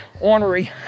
ornery